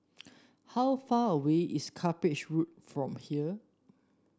how far away is Cuppage Road from here